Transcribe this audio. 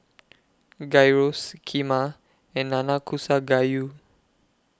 Gyros Kheema and Nanakusa Gayu